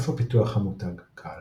איפה פיתוח המותג קל